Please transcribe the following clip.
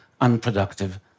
unproductive